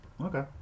okay